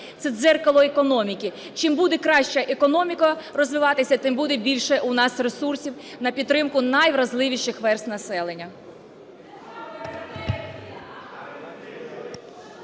це дзеркало економіки. Чим буде краще економіка розвиватися, тим буде більше у нас ресурсів на підтримку найвразливіших верст населення.